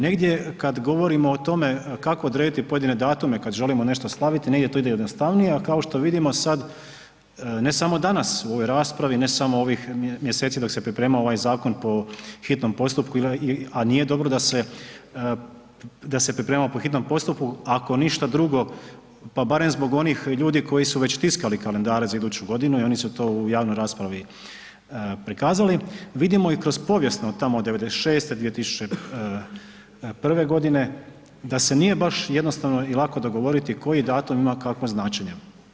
Negdje kad govorimo o tome kako odrediti pojedine datume kad želimo nešto slaviti, negdje to ide jednostavnije, a kao što vidimo sad ne samo danas u ovoj raspravi, ne samo ovih mjeseci dok se pripremao ovaj zakon po hitnom postupku, a nije dobro da se, da se pripremao po hitnom postupku, ako ništa drugo, pa barem zbog onih ljudi koji su već tiskali kalendare za iduću godinu i oni su to u javnoj raspravi prikazali, vidimo i kroz povijesno, tamo '96.-te, 2001.g. da se nije baš jednostavno i lako dogovoriti koji datum ima kakvo značenje.